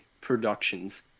Productions